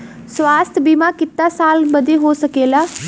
स्वास्थ्य बीमा कितना साल बदे हो सकेला?